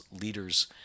leaders